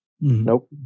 Nope